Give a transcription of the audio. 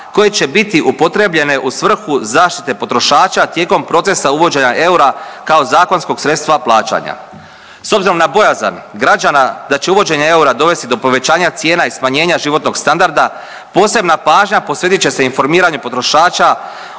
koje će biti upotrebljene u svrhu zaštite potrošača tijekom procesa uvođenja eura kao zakonskog sredstva plaćanja. S obzirom na bojazan građana da će uvođenje eura dovesti do povećanja cijena i smanjenja životnog standarda posebna pažnja posvetit će se informiranju potrošača